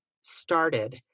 started